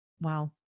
Wow